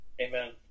Amen